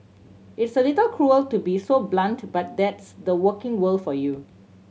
it's a little cruel to be so blunt but that's the working world for you